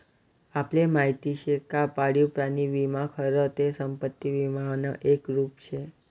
आपले माहिती शे का पाळीव प्राणी विमा खरं ते संपत्ती विमानं एक रुप शे